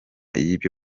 y’ibyo